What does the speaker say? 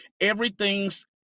Everything's